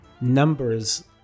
numbers